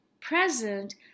present